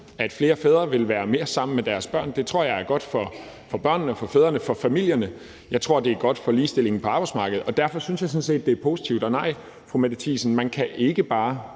at flere fædre vil være mere sammen med deres børn. Det tror jeg er godt for børnene, for fædrene og for familierne, og jeg tror, det er godt for ligestillingen på arbejdsmarkedet, og derfor synes jeg sådan set, det er positivt. Og nej, fru Mette Thiesen, man kan ikke bare,